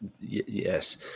Yes